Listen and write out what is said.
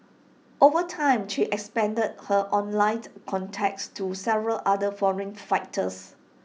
over time she expanded her online contacts to several other foreign fighters